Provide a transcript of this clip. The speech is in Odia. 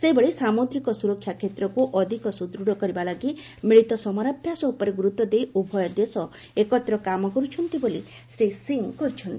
ସେହିଭଳି ସାମୁଦ୍ରିକ ସୁରକ୍ଷା କ୍ଷେତ୍ରକୁ ଅଧିକ ସୁଦୃତ କରିବା ଲାଗି ମିଳିତ ସମରାଭ୍ୟାସ ଉପରେ ଗୁରୁତ୍ୱଦେଇ ଉଭୟ ଦେଶ ଏକତ୍ର କାମ କରୁଛନ୍ତି ବୋଲି ଶ୍ରୀ ସିଂ କହିଚ୍ଛନ୍ତି